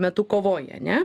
metu kovoja ane